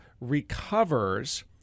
recovers